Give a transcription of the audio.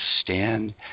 stand